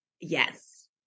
Yes